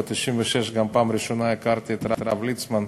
ב-1996 גם הכרתי את הרב ליצמן.